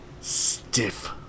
stiff